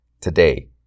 today